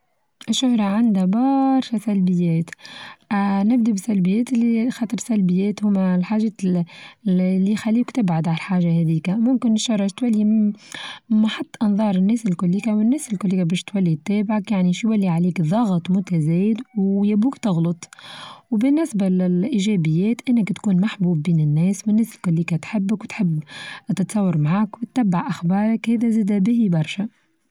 الشهرة عندها بااارشا سلبيات آآ نبدأ بسلبيات اللى لخاطر السلبيات هوما الحاچات لي يخليك تبعد على الحاچة هاديكا، ممكن الشرع التالي محط أنظار الناس الكليكا والناس الكليكا باش تولي تتابعك يعني شي يولي عليك ظغط متزايد أو يا بوك تغلط، وبالنسبة الايچابيات أنك تكون محبوب بين الناس والناس كوليكا تحبك وتحب تتصور معاك وتتبع أخبارك هذا زادا به برشا.